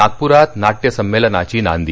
नागपुरात नाट्य संमेलनाची नांदी